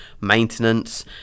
maintenance